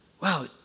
wow